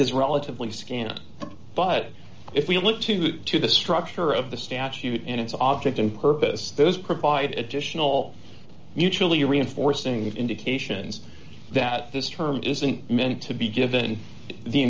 is relatively scant but if we look to to the structure of the statute and its object and purpose those provide additional mutually reinforcing indications that this term isn't meant to be given t